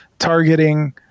targeting